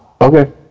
Okay